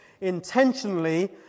intentionally